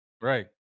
Right